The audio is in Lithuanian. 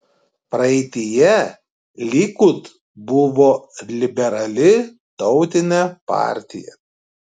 praeityje likud buvo liberali tautinė partija